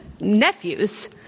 nephews